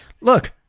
look